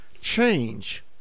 change